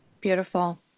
Beautiful